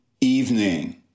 evening